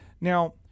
Now